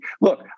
Look